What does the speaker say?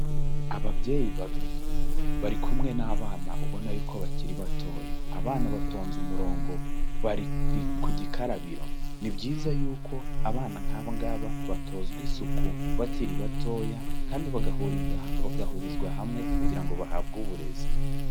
Ababyeyi babiri bari kumwe n'abana ubona yuko ko bakiri batoya, abana batonze umurongo bari ku gikarabiro, ni byiza yuko abana nk'aba ngaba batozwa isuku bakiri batoya kandi bagahuriza hamwe kugira ngo bahabwe uburezi.